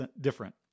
different